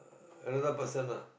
uh another person ah